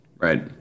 Right